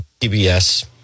PBS